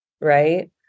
right